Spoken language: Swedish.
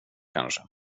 kanske